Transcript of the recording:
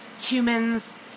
humans